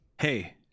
hey